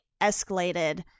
escalated